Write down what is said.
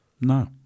No